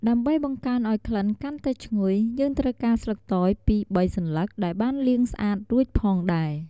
ដើម្បីបង្កើនអោយក្ក្លិនកាន់តែឈ្ងុយ យើងត្រូវការ ស្លឹកតើយ ២-៣ សន្លឹក ដែលបានលាងស្អាតរួចផងដែរ។